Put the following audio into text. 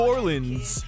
Orleans